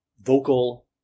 vocal